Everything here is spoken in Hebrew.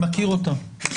אני מכיר אותה.